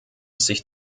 sich